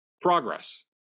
progress